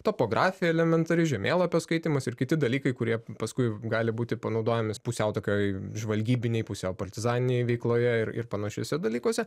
topografija elementari žemėlapio skaitymas ir kiti dalykai kurie paskui gali būti panaudojami pusiau tokioj žvalgybinėj pusiau partizaninėj veikloje ir ir panašiuose dalykuose